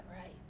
right